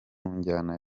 njyana